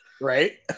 right